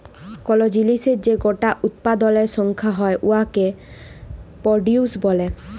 call জিলিসের যে গটা উৎপাদলের সংখ্যা হ্যয় উয়াকে পরডিউস ব্যলে